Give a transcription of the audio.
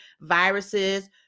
viruses